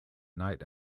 night